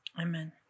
Amen